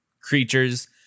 creatures